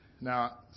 Now